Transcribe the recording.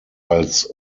als